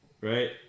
right